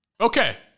Okay